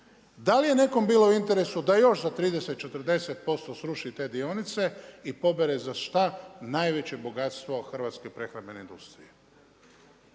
Da li je nekome bilo u interesu da još za 30, 40% sruši te dionice i pobere za šta, najveće bogatstvo u hrvatskoj prehrambenoj industriji.